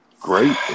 Great